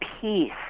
peace